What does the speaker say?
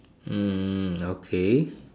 hmm okay